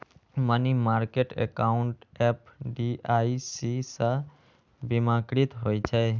money market account FDIC सं बीमाकृत होइ छै